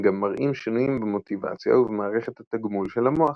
הם גם מראים שינויים במוטיבציה ובמערכת התגמול של המוח.